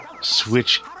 Switch